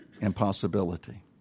impossibility